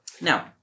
Now